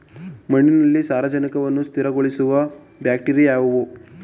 ಮಣ್ಣಿನಲ್ಲಿ ಸಾರಜನಕವನ್ನು ಸ್ಥಿರಗೊಳಿಸುವ ಬ್ಯಾಕ್ಟೀರಿಯಾ ಯಾವುದು?